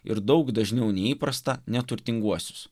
ir daug dažniau nei įprasta neturtinguosius